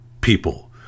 people